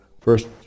First